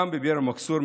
גם בביר אל-מכסור,